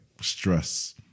stress